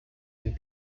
and